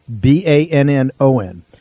B-A-N-N-O-N